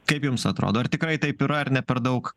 kaip jums atrodo ar tikrai taip yra ar ne per daug